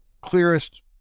clearest